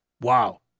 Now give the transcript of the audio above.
Wow